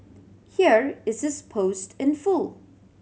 here is his post in full